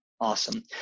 Awesome